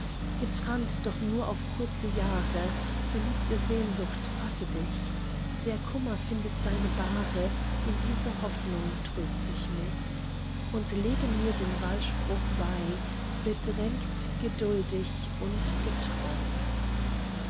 getrannt doch nur auf kurze jahre verliebte sehnsucht fasse dich der kummer findet seine bahre in dieser hoffnung tröst ich mich und lege mir den wahlspruch bei bedrängt geduldig und getreu